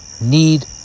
need